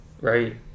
right